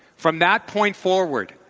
from that point forward,